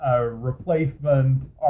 replacement